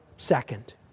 second